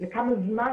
לכמה זמן,